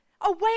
away